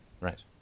Right